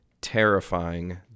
terrifying